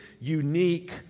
unique